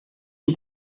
you